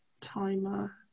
timer